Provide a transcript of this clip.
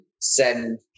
send